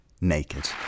Naked